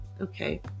Okay